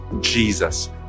Jesus